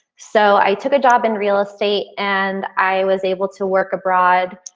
so i took a job in real estate and i was able to work abroad.